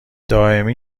دائمی